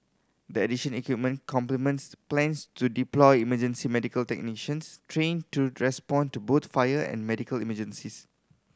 the addition equipment complements plans to deploy emergency medical technicians trained to respond to both fire and medical emergencies